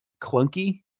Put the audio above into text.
clunky